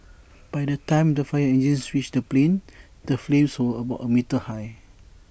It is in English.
by the time the fire engines reached the plane the flames were about A metre high